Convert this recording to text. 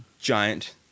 giant